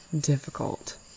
difficult